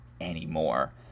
anymore